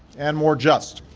and more just.